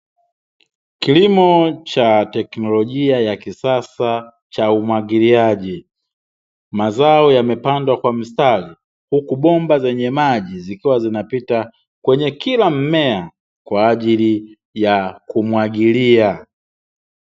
Kilimo cha teknolojia ya kisasa cha umwagiliaji, mazao yamepandwa kwa mstari huku bomba zenye maji zikiwa zinapita kwenye kila mmea, kwa ajili ya kumwagilia.